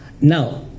Now